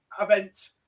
event